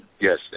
Yes